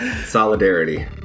solidarity